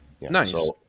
nice